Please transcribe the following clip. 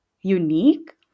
unique